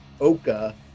Oka